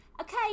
Okay